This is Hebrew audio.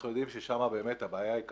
אנחנו יודעים ששם באמת הבעיה היא קשה.